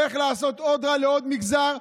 איך לעשות רע לעוד מגזר,